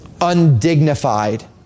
undignified